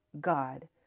God